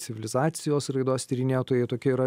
civilizacijos raidos tyrinėtojai tokie yra